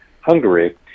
Hungary